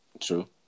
true